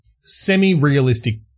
semi-realistic